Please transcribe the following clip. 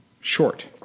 short